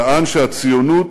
טען שהציונות